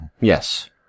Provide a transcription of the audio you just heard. Yes